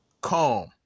calm